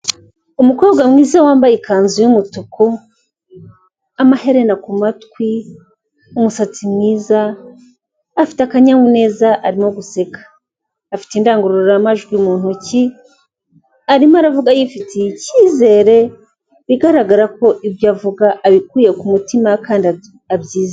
Umukobwa mwiza wambaye ikanzu y'umutuku, amaherena ku matwi, umusatsi mwiza, afite akanyamuneza arimo guseka. Afite indangururamajwi mu ntoki, arimo aravuga yifitiye icyizere, bigaragara ko ibyo avuga abikuye ku mutima kandi abyizeye.